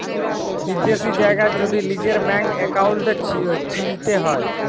বিদ্যাশি জায়গার যদি লিজের ব্যাংক একাউল্টকে চিলতে হ্যয়